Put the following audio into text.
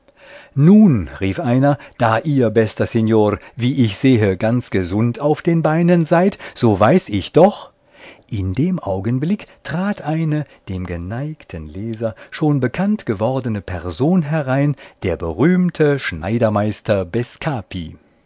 nun rief einer da ihr bester signor wie ich sehe ganz gesund auf den beinen seid so weiß ich doch in dem augenblick trat eine dem geneigten leser schon bekannt gewordene person herein der berühmte schneidermeister